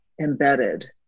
embedded